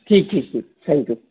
ठीक ठीक ठीक थैंक्यू